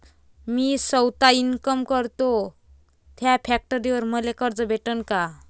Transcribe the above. मी सौता इनकाम करतो थ्या फॅक्टरीवर मले कर्ज भेटन का?